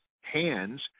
hands